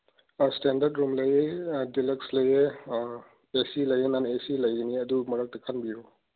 standard room ꯂꯩ deluxe ꯂꯩꯌꯦ A C ꯂꯩꯌꯦ ꯅꯟ ꯑꯦ ꯁꯤ ꯂꯩꯒꯅꯤ ꯑꯗꯨ ꯃꯔꯛꯇ ꯈꯟꯕꯤꯌꯨ